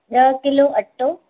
ॾह किलो अटो